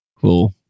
cool